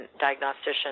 diagnostician